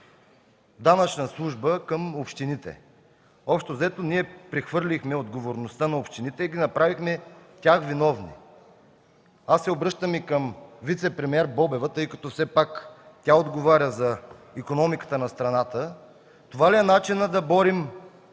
данъчна служба към общините. Общо взето ние прехвърлихме отговорността на общините и ги направихме виновни. Обръщам се и към вицепремиер Бобева, тъй като все пак тя отговаря за икономиката на страната: това ли е начинът да борим